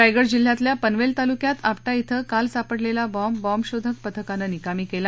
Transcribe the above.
रायगड जिल्ह्यातल्या पनवल्लतालुक्यात आपटा क्रि काल सापडलली बॉम्ब बॉम्बशोधक पथकानं निकामी कल्ला